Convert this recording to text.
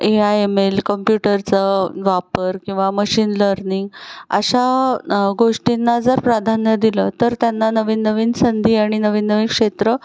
A I M L कंप्युटरचा वापर किंवा मशीन लर्निंग अशा गोष्टींना जर प्राधान्य दिलं तर त्यांना नवीन नवीन संधी आणि नवीन नवीन क्षेत्र